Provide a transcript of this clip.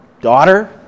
daughter